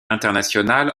internationale